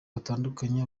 batandukanye